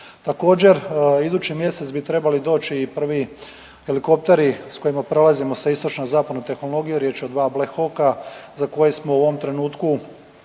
Također idući mjesec bi trebali doći i prvi helikopteri sa kojima prelazimo sa istočne na zapadnu tehnologiju. Riječ je o dva Black Hawka za koje smo u ovom trenutku